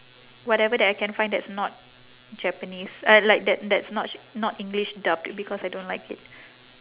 whatever that I can find that's not japanese uh like that that's not not english dub because I don't like it